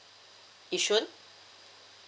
yishun